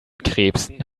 krebsen